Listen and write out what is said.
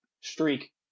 streak